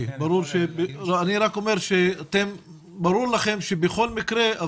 ברור לכם שבכל מקרה,